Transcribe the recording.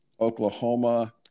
Oklahoma